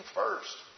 first